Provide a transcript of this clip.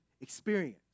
experience